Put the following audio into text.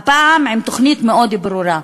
הפעם עם תוכנית מאוד ברורה.